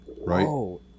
right